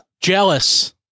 jealous